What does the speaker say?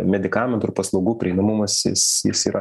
medikamentų ir paslaugų prieinamumas jis jis yra